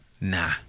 Nah